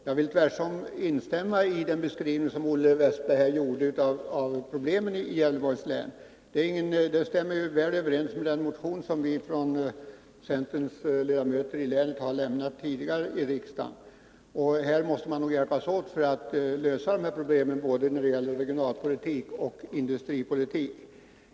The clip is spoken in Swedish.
Jag vill instämma i Olle Westbergs beskrivning av problemen i Gävleborgs län, en beskrivning som stämmer väl överens med den motion som centerns ledamöter från länet tidigare har lämnat. Här måste vi nog hjälpas åt för att lösa problemen när det gäller både regionalpolitik och industripolitik.